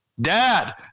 dad